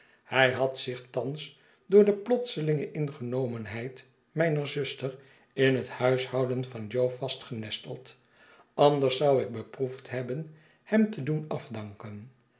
hij had zich thans door de plotselinge ingenomenheid mijner zuster in het huishouden van jo vastgenesteld anders zou ik beproefd hebben hem te doen afdanken